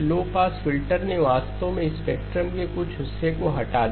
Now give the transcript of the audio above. लो pass filter ने वास्तव में स्पेक्ट्रम के कुछ हिस्से को हटा दिया